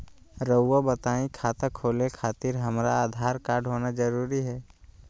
रउआ बताई खाता खोले खातिर हमरा आधार कार्ड होना जरूरी है?